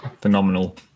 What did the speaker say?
Phenomenal